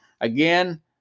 Again